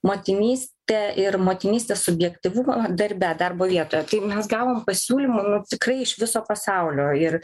motinystę ir motinystės subjektyvumą darbe darbo vietoje tai mes gavom pasiūlymų tikrai iš viso pasaulio ir